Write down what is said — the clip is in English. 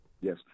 Yes